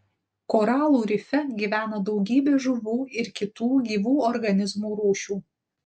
koralų rife gyvena daugybė žuvų ir kitų gyvų organizmų rūšių